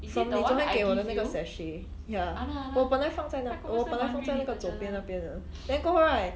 from 你昨天给我的那个 sachet ya 我本来放在那我本来放在那个左边那边的 then 过后 right